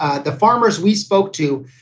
ah the farmers we spoke to,